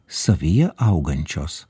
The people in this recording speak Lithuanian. savyje augančios